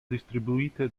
distribuite